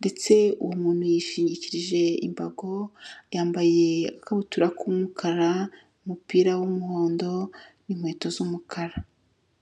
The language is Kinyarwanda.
ndetse uwo muntu yishingikirije imbago, yambaye agakabutura k'umukara, umupira w'umuhondo n'inkweto z'umukara.